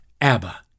ABBA